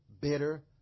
bitter